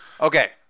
Okay